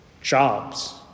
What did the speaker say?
jobs